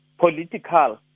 political